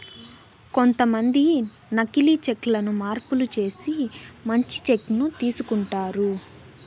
కొంతమంది నకీలి చెక్ లను మార్పులు చేసి మంచి చెక్ ను తీసుకుంటారు